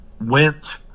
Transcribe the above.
went